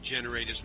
generate